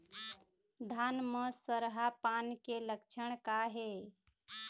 धान म सरहा पान के लक्षण का हे?